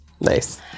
Nice